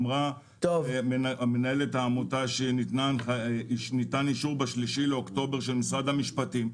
אמרה מנהלת העמותה שניתן אישור ב-3 באוקטובר של משרד המשפטים,